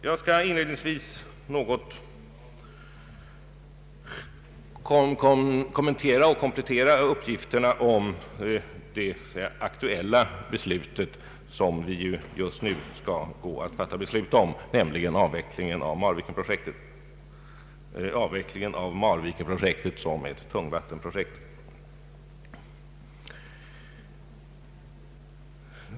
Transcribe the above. Jag skall inledningsvis något kommentera och komplettera uppgifterna om det aktuella beslut som vi just nu skall fatta, nämligen om avvecklingen av Marvikenprojektet som ett tungvattenprojekt.